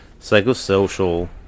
Psychosocial